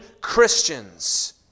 Christians